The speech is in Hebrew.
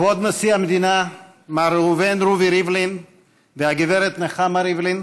כבוד נשיא המדינה מר ראובן רובי ריבלין והגב' נחמה ריבלין,